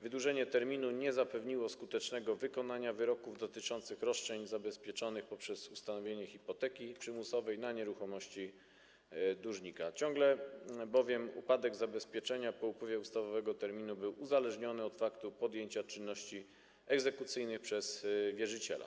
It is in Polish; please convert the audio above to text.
Wydłużenie terminu nie zapewniło skutecznego wykonania wyroków dotyczących roszczeń zabezpieczonych poprzez ustanowienie hipoteki przymusowej na nieruchomości dłużnika, ciągle bowiem upadek zabezpieczenia po upływie ustawowego terminu był uzależniony od faktu podjęcia czynności egzekucyjnych przez wierzyciela.